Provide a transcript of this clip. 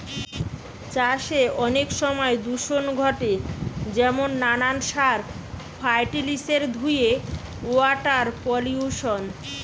চাষে অনেক সময় দূষণ ঘটে যেমন নানান সার, ফার্টিলিসের ধুয়ে ওয়াটার পলিউশন